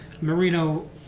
Marino